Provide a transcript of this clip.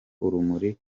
urumuri